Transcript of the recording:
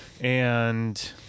and-